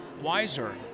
wiser